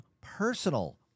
personal